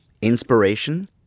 inspiration